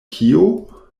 kio